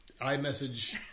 iMessage